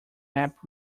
map